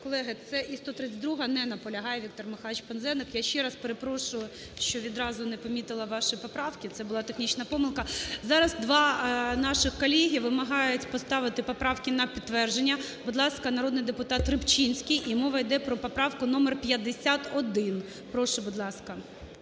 Колеги, це і 132-а. Не наполягає Віктор Михайлович Пинзеник. Я ще раз перепрошую, що не помітила ваші поправки – це була технічна помилка. Зараз два наших колеги вимагають поставити поправки на підтвердження. Будь ласка, народний депутат Рибчинський, і мова йде про поправку номер 51. Прошу, будь ласка.